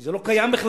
כי זה לא קיים בכלל,